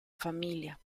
familia